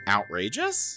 Outrageous